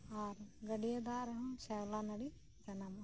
ᱟᱨ ᱜᱟᱹᱰᱭᱟᱹ ᱫᱟᱜ ᱨᱮᱦᱚᱸ ᱥᱮᱣᱞᱟ ᱱᱟᱹᱲᱤ ᱡᱟᱱᱟᱢᱚᱜᱼᱟ